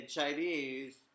Chinese